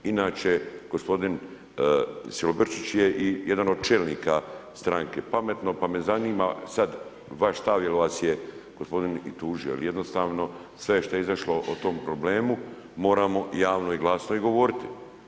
Inače, gospodin Silobrčić je i jedan od čelnika stranke Pametno pa me zanima sad vaš stav jel vas je gospodin tužio jer jednostavno sve što je izašlo o tom problemu moramo javno i glasno i govoriti.